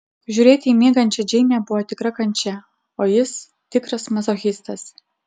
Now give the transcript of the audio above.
žiūrėti į miegančią džeinę buvo tikra kančia o jis tikras mazochistas